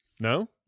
No